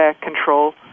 control